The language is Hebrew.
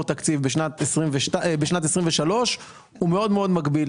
תקציב בשנת 2023 הוא מאוד מאוד מגביל.